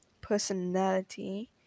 personality